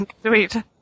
Sweet